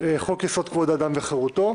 חוק יסוד: כבוד האדם וחירותו,